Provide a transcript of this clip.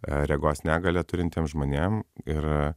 regos negalią turintiem žmonėm ir